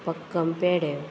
बक्कम पेडे